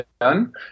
done